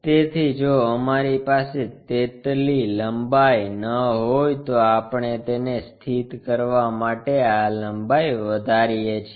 તેથી જો અમારી પાસે તેટલી લંબાઈ ન હોય તો આપણે તેને સ્થિત કરવા માટે આ લંબાઈ વધારીએ છીએ